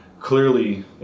Clearly